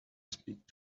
speak